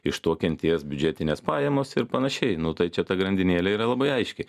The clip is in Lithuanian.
iš to kentės biudžetinės pajamos ir panašiai nu tai čia ta grandinėlė yra labai aiški